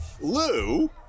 Lou